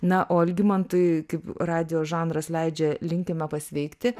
na o algimantui kaip radijo žanras leidžia linkime pasveikti